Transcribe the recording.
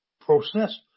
process